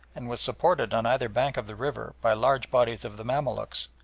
and was supported on either bank of the river by large bodies of the mamaluks.